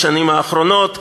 בשנים האחרונות.